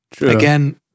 Again